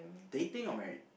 dating or married